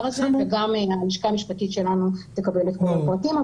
הזה וגם הלשכה המשפטית שלנו מקבלת פרטים,